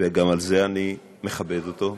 וגם על זה אני מכבד אותו.